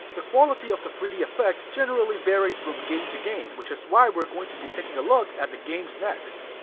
the quality of the three d effect generally varies from game to game, which is why we're going to be taking a look at the games next.